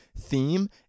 theme